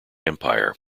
empire